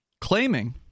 claiming